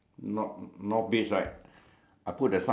next one is the car let me see